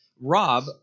Rob